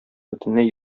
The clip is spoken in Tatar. бөтенләй